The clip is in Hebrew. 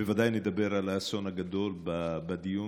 בוודאי נדבר על האסון הגדול בדיון,